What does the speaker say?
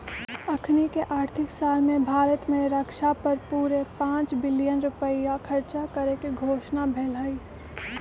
अखनीके आर्थिक साल में भारत में रक्षा पर पूरे पांच बिलियन रुपइया खर्चा करेके घोषणा भेल हई